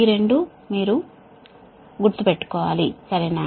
ఈ రెండు మీరు గుర్తుంచుకోవాలి సరేనా